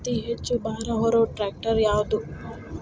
ಅತಿ ಹೆಚ್ಚ ಭಾರ ಹೊರು ಟ್ರ್ಯಾಕ್ಟರ್ ಯಾದು?